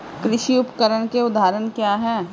कृषि उपकरण के उदाहरण क्या हैं?